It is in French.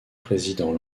président